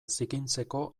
zikintzeko